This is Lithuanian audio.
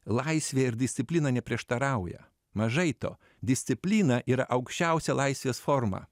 laisvė ir disciplina neprieštarauja mažai to disciplina yra aukščiausia laisvės forma